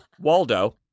Waldo